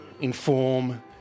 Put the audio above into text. inform